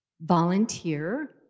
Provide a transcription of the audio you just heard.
volunteer